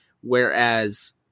Whereas